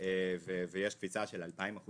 ויש קפיצה של 2,000%,